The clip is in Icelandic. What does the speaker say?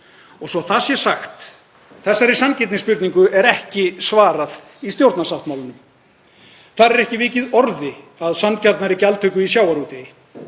Og svo það sé sagt, þessari sanngirnisspurningu er ekki svarað í stjórnarsáttmálanum. Þar er ekki vikið orði að sanngjarnari gjaldtöku í sjávarútvegi,